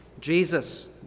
Jesus